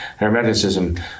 Hermeticism